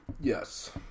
Yes